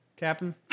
Captain